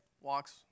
walks